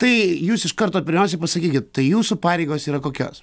tai jūs iš karto pirmiausiai pasakykit tai jūsų pareigos yra kokios